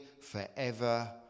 forever